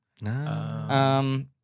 No